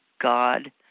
God